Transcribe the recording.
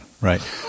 right